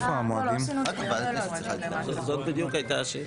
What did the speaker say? אה, לא, לא, עשינו את זה.